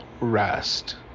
rest